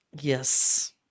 Yes